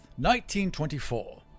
1924